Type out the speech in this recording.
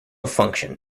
function